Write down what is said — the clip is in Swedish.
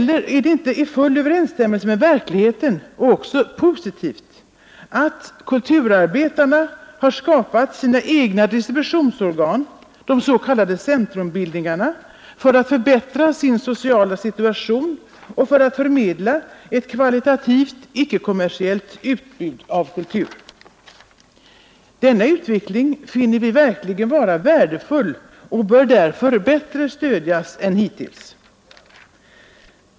Och är det inte i full överensstämmelse med verkligheten och också positivt att kulturarbetarna skapat sina egna distributionsorgan, de s.k. centrumbildningarna, för att förbättra sin sociala situation och förmedla ett kvalitativt, icke-kommersiellt utbud av kultur? Denna utveckling finner vi verkligen värdefull, och den bör därför stödjas bättre än hittills.